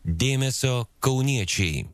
dėmesio kauniečiai